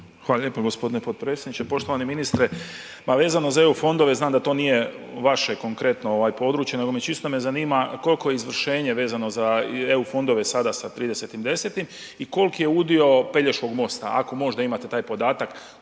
Hvala lijepo gospodine potpredsjedniče. Poštovani ministre, ma vezano za EU fondove znam da to nije vaše konkretno ovaj područje nego me, čisto me zanima koliko je izvršenje vezano za EU fondove sada sa 30.10. i koliki je udio Pelješkog mosta, ako možda imate taj podatak,